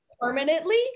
permanently